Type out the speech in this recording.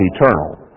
eternal